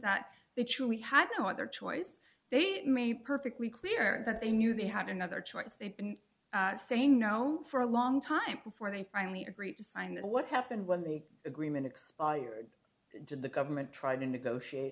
that they truly had no other choice they made perfectly clear that they knew they had another choice they've been saying no for a long time before they finally agreed to sign the what happened when the agreement expires did the government try to negotiate